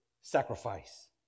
sacrifice